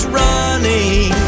running